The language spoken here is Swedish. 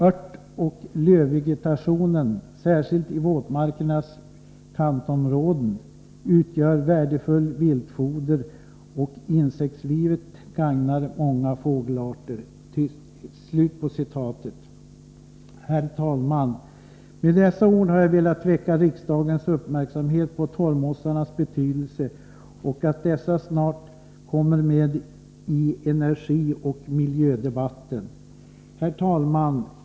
Örtoch lövvegetation, särskilt i våtmarkernas kantområden, utgör värdefullt viltfoder och insektslivet gagnar många fågelarter.” Herr talman! Med dessa ord har jag velat fästa riksdagens uppmärksamhet på torvmossarnas betydelse och hoppas att dessa snarast kommer med i energioch miljödebatten. Herr talman!